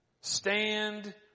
Stand